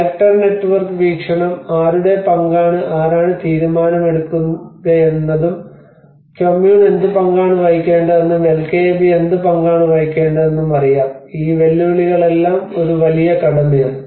actor network വീക്ഷണം ആരുടെ പങ്കാണ് ആരാണ് തീരുമാനമെടുക്കുകയെന്നതും കൊമ്മുന് എന്ത് പങ്കാണ് വഹിക്കേണ്ടതെന്ന് എൽകെഎബിക്ക് എന്ത് പങ്കാണ് വഹിക്കേണ്ടതെന്ന് അറിയാം ഈ വെല്ലുവിളികളെല്ലാം ഒരു വലിയ കടമയാണ്